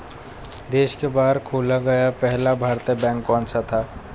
देश के बाहर खोला गया पहला भारतीय बैंक कौन सा था?